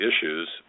issues